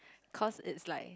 cause it's like